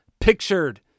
pictured